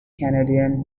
canadian